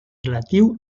relatiu